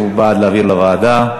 הוא בעד להעביר לוועדה.